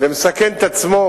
ומסכן את עצמו,